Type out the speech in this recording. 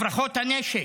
הברחות הנשק,